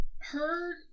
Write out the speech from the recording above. heard